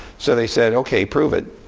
so they said, ok, prove it.